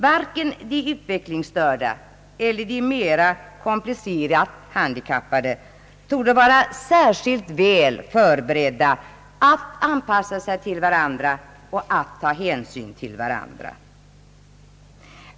Varken de utvecklingsstörda eller de mera komplicerat handikappade torde vara särskilt väl förberedda att anpassa sig till varandra och ta hänsyn till varandra.